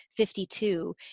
52